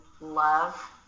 love